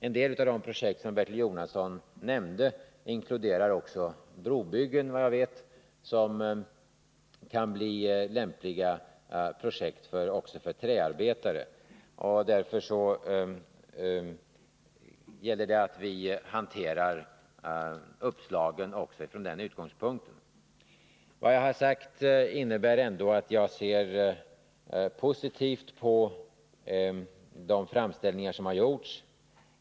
En del av de projekt som Bertil Jonasson nämnde inkluderar också brobyggen, som kan bli lämpliga projekt också för träarbetare. Därför gäller det att vi hanterar uppslagen även från den utgångspunkten. Vad jag har sagt innebär ändå att jag ser positivt på de framställningar som har gjorts.